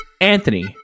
anthony